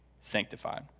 sanctified